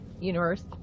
universe